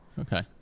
Okay